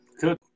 Good